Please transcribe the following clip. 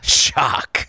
shock